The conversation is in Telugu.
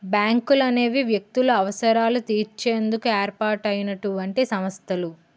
బ్యాంకులనేవి వ్యక్తుల అవసరాలు తీర్చేందుకు ఏర్పాటు అయినటువంటి సంస్థలు